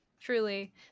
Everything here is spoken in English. Truly